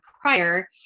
prior